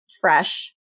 fresh